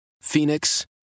Phoenix